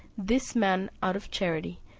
this man out of charity,